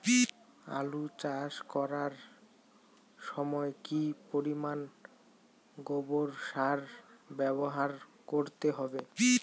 আলু চাষ করার সময় কি পরিমাণ গোবর সার ব্যবহার করতে হবে?